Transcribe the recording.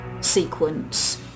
sequence